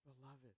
beloved